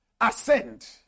ascend